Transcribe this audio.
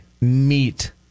meet